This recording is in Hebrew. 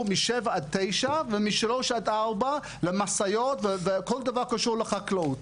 מ-7:00-09:00 ומ-15:00-16:00 למשאיות ולכל דבר שקשור לחקלאות.